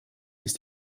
ist